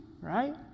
right